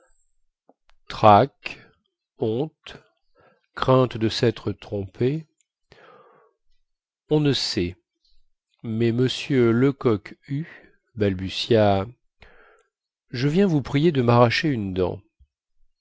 trac honte crainte de sêtre trompé on ne sait mais m lecoqhue balbutia je viens vous prier de marracher une dent